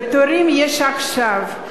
ותורים יש עכשיו,